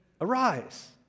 Arise